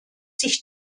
sich